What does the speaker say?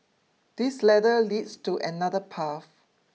this ladder leads to another path